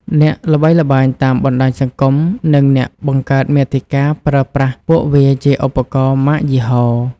អ្នកល្បីល្បាញតាមបណ្ដាញសង្គម និងអ្នកបង្កើតមាតិកាប្រើប្រាស់ពួកវាជាឧបករណ៍ម៉ាកយីហោ។